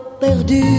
perdu